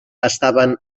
estaven